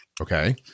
Okay